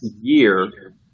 year